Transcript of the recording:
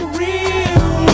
real